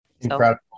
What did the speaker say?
Incredible